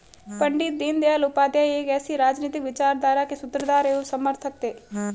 पण्डित दीनदयाल उपाध्याय एक ऐसी राजनीतिक विचारधारा के सूत्रधार एवं समर्थक थे